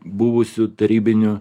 buvusių tarybinių